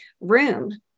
room